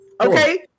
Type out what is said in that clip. Okay